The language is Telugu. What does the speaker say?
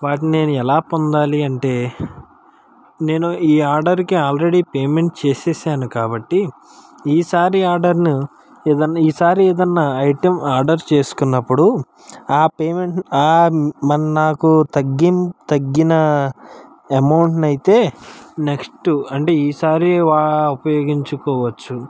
వాటిని నేను ఎలా పొందాలి అంటే నేను ఈ ఆర్డర్కి ఆల్రెడీ పేమెంట్ చేసేసాను కాబట్టీ ఈసారి ఆర్డర్ను ఏదైనా ఈసారి ఏదన్న ఐటమ్ ఆర్డర్ చేసుకున్నప్పుడు ఆ పేమెంట్ మరి నాకు తగ్గి తగ్గిన అమౌంట్ అయితే నెక్స్ట్ అంటే ఈసారి ఉపయోగించుకోవచ్చు